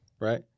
right